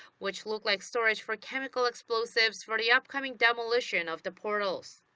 which look like storage for chemical explosives for the upcoming demolition of the portals.